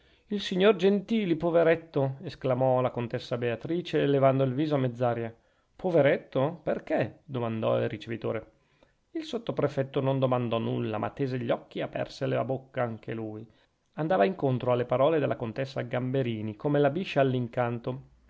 il signor gentili poveretto esclamò la contessa beatrice levando il viso a mezz'aria poveretto perchè domandò il ricevitore il sottoprefetto non domandò nulla ma tese gli occhi e aperse la bocca anche lui andava incontro alle parole della contessa gamberini come la biscia all'incanto